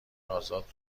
آزاد